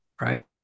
right